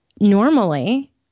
normally